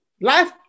Life